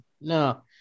No